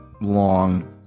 long